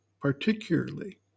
particularly